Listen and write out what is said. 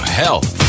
health